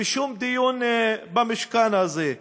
בשום דיון במשכן הזה,